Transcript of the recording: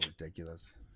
ridiculous